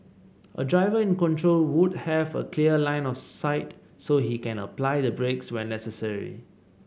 a driver in control would have a clear line of sight so he can apply the brakes when necessary